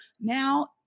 now